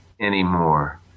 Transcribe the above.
anymore